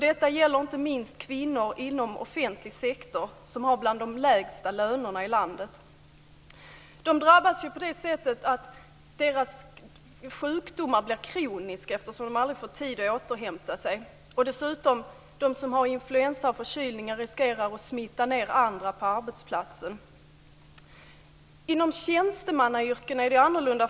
Detta gäller inte minst kvinnor inom offentlig sektor som har bland de lägsta lönerna i landet. De drabbas på det sättet att deras sjukdomar blir kroniska eftersom de aldrig får tid att återhämta sig. De som har influensa och förkylningar riskerar att smitta ned andra på arbetsplatsen. Inom tjänstemannayrken är det annorlunda.